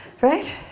Right